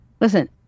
listen